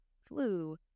flu